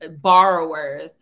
borrowers